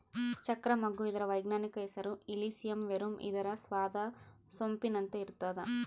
ಚಕ್ರ ಮಗ್ಗು ಇದರ ವೈಜ್ಞಾನಿಕ ಹೆಸರು ಇಲಿಸಿಯಂ ವೆರುಮ್ ಇದರ ಸ್ವಾದ ಸೊಂಪಿನಂತೆ ಇರ್ತಾದ